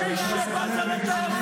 בזה לטייסים.